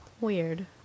Weird